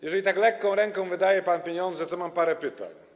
Jeżeli tak lekką ręką wydaje pan pieniądze, to mam parę pytań.